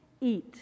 eat